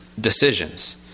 decisions